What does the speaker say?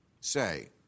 say